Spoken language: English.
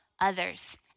others